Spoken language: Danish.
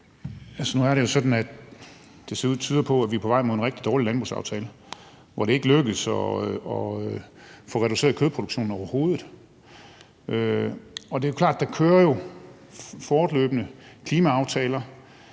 det tyder på, at vi er på vej mod en rigtig dårlig landbrugsaftale, hvor det ikke lykkes at få reduceret kødproduktionen overhovedet. Det er jo klart, at der fortløbende kører klimaaftaler,